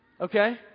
Okay